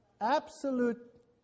absolute